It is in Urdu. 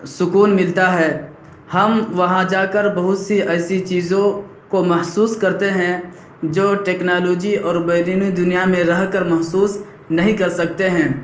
سکون ملتا ہے ہم وہاں جا کر بہت سی ایسی چیزوں کو محسوس کرتے ہیں جو ٹیکنالوجی اور بیرونی دنیا میں رہ کر محسوس نہیں کر سکتے ہیں